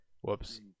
whoops